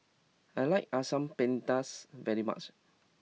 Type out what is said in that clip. I like Asam Pedas very much